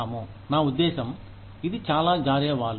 నా ఉద్దేశ్యం ఇది చాలా జారే వాలు